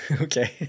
Okay